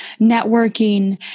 networking